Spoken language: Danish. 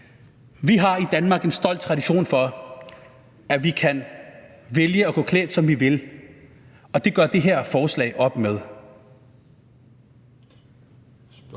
Vi har i Danmark en stolt tradition for, at vi kan vælge at gå klædt, som vi vil, og det gør det her forslag op med.